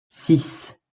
six